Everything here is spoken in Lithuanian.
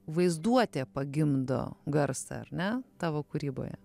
vaizduotė pagimdo garsą ar ne tavo kūryboje